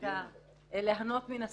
אני נותנת לה ליהנות מן הספק,